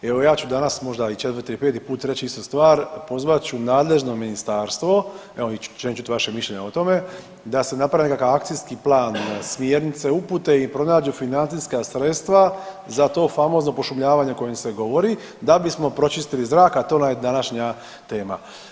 I evo ja ću danas možda i 4 i 5 puta reći istu stvar, pozvati ću nadležno ministarstvo, evo i želim čuti vaše mišljenje o tome da se napravi nekakav akcijski plan, smjernice, upute i pronađu financijska sredstva za to famozno pošumljavanje o kojem se govori da bismo pročistili zrak, a to nam je današnja tema.